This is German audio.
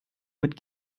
mit